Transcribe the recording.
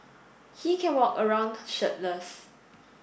he can walk around shirtless